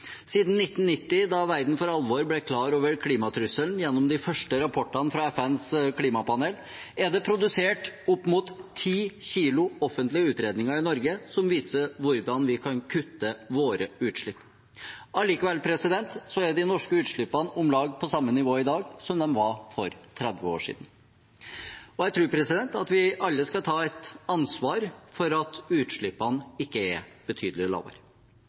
Siden 1990, da verden for alvor ble klar over klimatrusselen gjennom de første rapportene fra FNs klimapanel, er det blitt produsert opp mot ti kilo med offentlige utredninger i Norge som viser hvordan vi kan kutte våre utslipp. Likevel er de norske utslippene på om lag samme nivå i dag som de var for 30 år siden. Jeg tror vi alle skal ta et ansvar for at utslippene ikke er betydelig lavere.